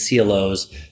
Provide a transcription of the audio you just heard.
CLOs